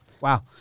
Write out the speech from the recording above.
Wow